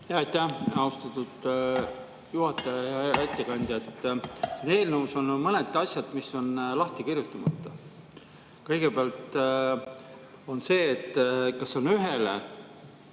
Aitäh, austatud juhataja! Hea ettekandja! Eelnõus on mõned asjad, mis on lahti kirjutamata. Kõigepealt see, kas see on ühele